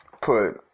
put